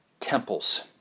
Temples